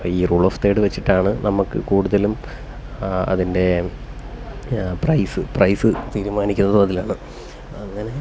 ഈ rule of third വെച്ചിട്ടാണ് നമുക്ക് കൂടുതലും അതിന്റെ പ്രൈസ് പ്രൈസ് തീരുമാനിക്കുന്നതും അതിലാണ് അങ്ങനെ